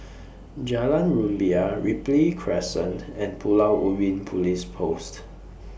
Jalan Rumbia Ripley Crescent and Pulau Ubin Police Post